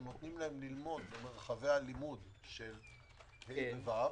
אנו נותנים להם ללמוד במרחבי הלימוד של ה' ו-ו',